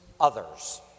others